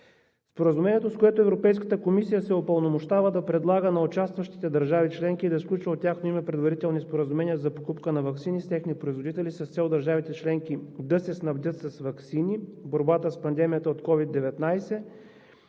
Споразумението, с което Европейската комисия се упълномощава да предлага на участващите държави членки да сключва от тяхно име предварителни споразумения за покупка на ваксини с техни производители с цел държавите членки да се снабдят с ваксини в борбата с пандемията от COVID-19,